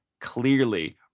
clearly